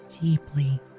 deeply